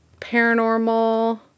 paranormal